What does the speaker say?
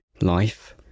life